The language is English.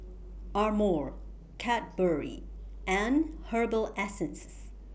Amore Cadbury and Herbal Essences